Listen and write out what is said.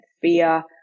fear